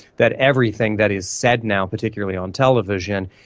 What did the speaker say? that everything that is said now, particularly on television,